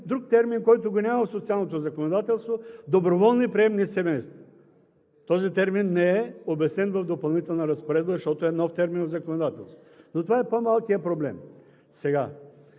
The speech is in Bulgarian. друг термин, който го няма в социалното законодателство – доброволни приемни семейства. Този термин не е обяснен в Допълнителна разпоредба, защото е нов термин в законодателството, но това е по-малкият проблем.